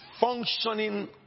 functioning